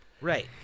Right